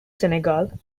senegal